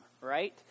Right